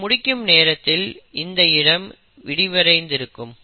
இது முடிக்கும் நேரத்தில் இந்த இடம் விரிவடைந்திருக்கும்